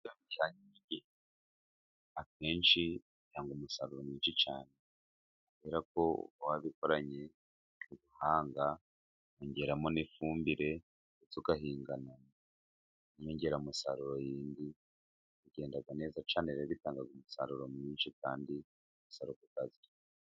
Akenshi cyangwa umusaruro mwinshi cyane kubera ko wabikoranye ubuhanga yongeramo n'ifumbire maze ugahingana inyongeramusaruro yindi, bigenda neza cyane, rero bitanga umusaruro mwinshi kandi usa ...